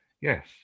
yes